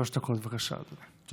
שלוש דקות, בבקשה, אדוני.